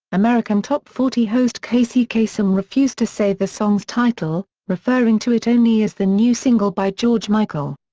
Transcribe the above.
american top forty host casey kasem refused to say the song's title, referring to it only as the new single by george michael.